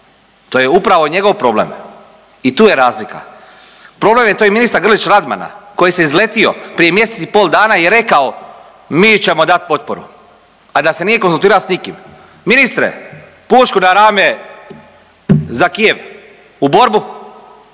To je upravo njegov problem i tu je razlika. Problem je to i ministra Grlić Radmana koji se izletio prije mjesec i pol dana i rekao, mi ćemo dati potporu, a da se nije konzultirao s nikim. Ministre, pušku na rame, za Kijev. U borbu.